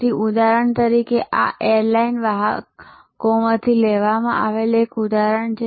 તેથી ઉદાહરણ તરીકે આ એરલાઇન વાહકોમાંથી લેવામાં આવેલ એક ઉદાહરણ છે